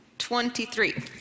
Twenty-three